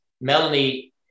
Melanie